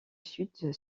sud